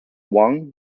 hwang